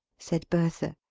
said bertha.